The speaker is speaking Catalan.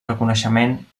reconeixement